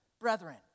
brethren